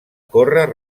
córrer